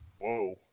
Whoa